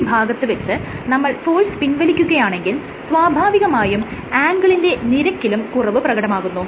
ഈ ഭാഗത്ത് വെച്ച് നമ്മൾ ഫോഴ്സ് പിൻവലിക്കുകയാണെങ്കിൽ സ്വാഭാവികമായും ആംഗിളിന്റെ നിരക്കിലും കുറവ് പ്രകടമാകുന്നു